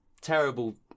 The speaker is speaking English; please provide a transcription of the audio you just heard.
terrible